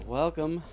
welcome